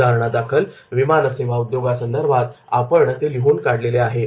उदाहरणादाखल विमानसेवा उद्योगा संदर्भात आपण ते लिहून काढलेले आहे